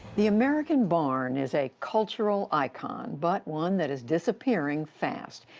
the american barn is a cultural icon, but one that is disappearing fast.